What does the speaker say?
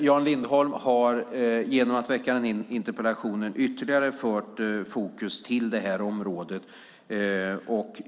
Jan Lindholm har genom att väcka den här interpellationen ytterligare fört fokus till området.